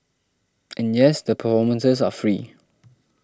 and yes the performances are free